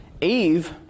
Eve